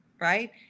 right